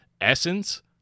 essence